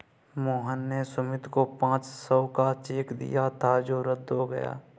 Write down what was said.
मोहन ने सुमित को पाँच सौ का चेक दिया था जो रद्द हो गया